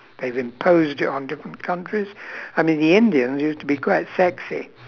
they've imposed it on different countries I mean the indians used to be quite sexy